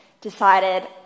decided